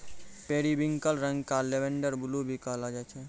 periwinkle रंग क lavender blue भी कहलो जाय छै